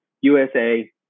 USA